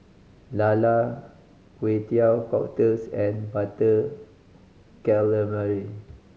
lala Kway Teow Cockles and Butter Calamari